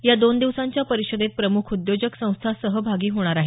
या दोन दिवसांच्या परिषदेत प्रमुख उद्योजक संस्था सहभागी होणार आहेत